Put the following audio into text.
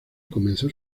comenzó